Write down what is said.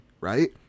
right